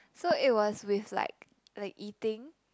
so it was with like like eating